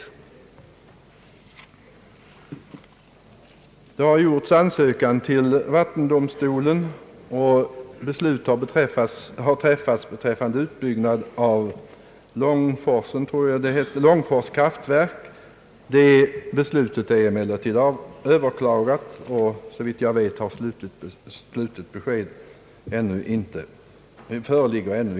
Ansökan har gjorts till vattendomstolen och beslut har träffats beträffande utbyggnad av Långfors kraftverk. Detta beslut är emellertid överklagat, och såvitt jag vet föreligger ännu inte slutligt besked.